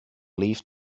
leave